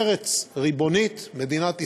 ארץ ריבונית, מדינת ישראל,